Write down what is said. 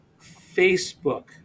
Facebook